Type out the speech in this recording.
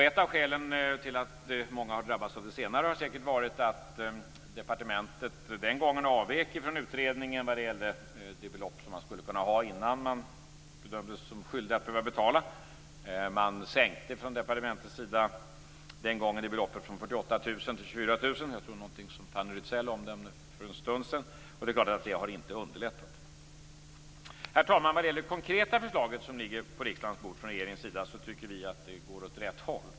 Ett av skälen till att många har drabbats av det senare har säkert varit att departementet den gången avvek från utredningen vad gällde det belopp som man skulle kunna ha innan man bedömdes som skyldig att betala. Departementet sänkte det beloppet från 48 000 kr till 24 000 kr. Jag tror att Fanny Rizell omnämnde detta för en stund sedan. Det är klart att det inte har underlättat. Herr talman! Vi tycker att det konkreta förslag som regeringen har lagt på riksdagens bord går åt rätt håll.